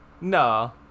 No